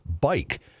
bike